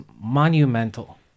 monumental